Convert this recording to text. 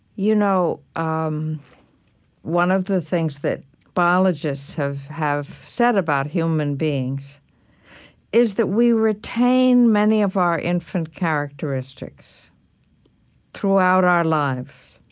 you know um one of the things that biologists have have said about human beings is that we retain many of our infant characteristics throughout our lives.